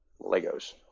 Legos